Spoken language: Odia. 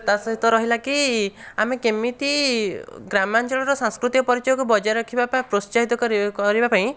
ତା' ସହିତ ରହିଲା କି ଆମେ କେମିତି ଗ୍ରାମାଞ୍ଚଳର ସାଂସ୍କୃତିକ ପରିଚୟକୁ ବଜାୟ ରଖିବା ବା ପ୍ରୋତ୍ସାହିତ କରିବ କରିବା ପାଇଁ